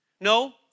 No